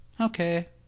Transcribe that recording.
okay